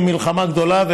מלחמה גדולה,